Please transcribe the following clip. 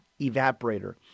evaporator